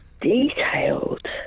detailed